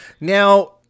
Now